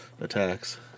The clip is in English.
attacks